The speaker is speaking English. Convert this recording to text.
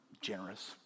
Generous